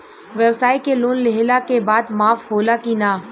ब्यवसाय के लोन लेहला के बाद माफ़ होला की ना?